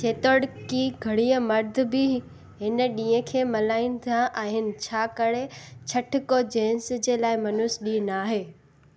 जेतोणीक की घणीअ मर्द बि हिन ॾींहं खे मल्हाईंदा आहिनि छाकाणि छठ को जेन्स जे लाइ मनहूसु ॾींहु न आहे